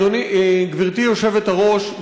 גברתי היושבת-ראש,